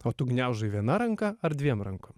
o tu gniaužai viena ranka ar dviem rankom